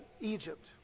Egypt